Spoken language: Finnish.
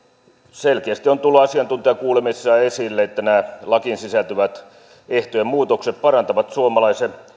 selkeästi on tullut asiantuntijakuulemisissa esille että nämä lakiin sisältyvät ehtojen muutokset parantavat suomalaisen